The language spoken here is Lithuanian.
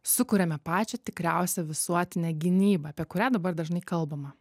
sukuriame pačią tikriausią visuotinę gynybą apie kurią dabar dažnai kalbama